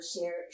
share